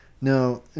Now